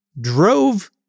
drove